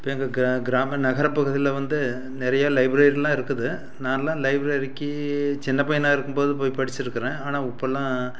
இப்போ எங்கள் கிராம நகர பகுதியில் வந்து நிறைய லைப்ரரிலாம் இருக்குது நான்லாம் லைப்ரரிக்கு சின்னப் பையனாக இருக்கும் போது போய் படித்திருக்கேன் ஆனால் இப்போலாம்